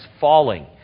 falling